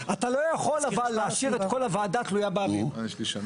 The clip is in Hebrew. אבל אתה לא יכול להשאיר את כל הוועדה תלויה באותו נציג.